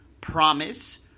promise